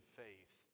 faith